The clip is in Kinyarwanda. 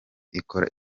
ikora